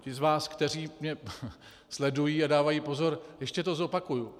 Ti z vás, kteří mě sledují a dávají pozor, ještě to zopakuju.